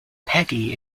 peggy